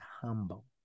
humble